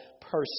person